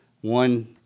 one